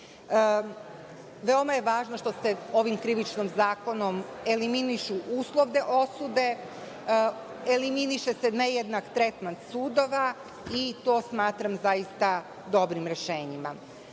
je važno što se ovim Krivičnim zakonom eliminišu uslovne osudbe, eliminiše se nejednak tretman sudova i to smatram zaista dobrim rešenjima. Što